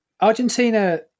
Argentina